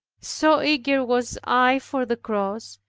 so eager was i for the cross,